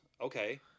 okay